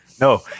No